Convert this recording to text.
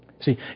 See